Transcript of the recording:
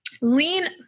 lean